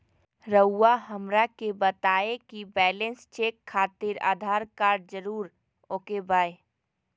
रउआ हमरा के बताए कि बैलेंस चेक खातिर आधार कार्ड जरूर ओके बाय?